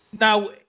Now